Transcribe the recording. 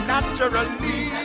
Naturally